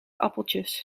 appeltjes